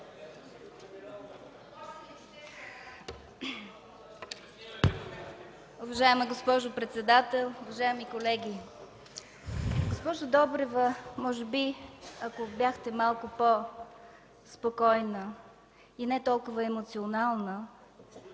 Уважаема госпожо председател, уважаеми колеги! Госпожо Добрева, може би, ако бяхте малко по-спокойна и не толкова емоционална,